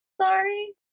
sorry